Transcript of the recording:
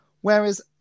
whereas